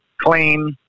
clean